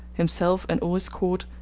himself and all his court,